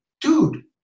dude